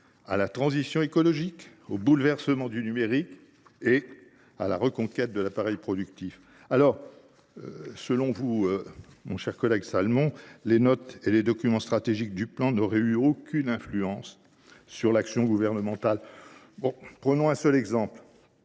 à la transition écologique, au bouleversement du numérique et à la reconquête de l’appareil productif. Selon vous, cher collègue Salmon, les notes et documents stratégiques du Plan n’auraient eu aucune influence sur l’action gouvernementale… Prenons le seul exemple